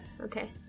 Okay